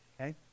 Okay